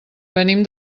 venim